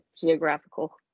geographical